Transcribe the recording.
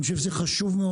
אני חושב שזה חשוב מאוד.